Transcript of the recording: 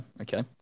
Okay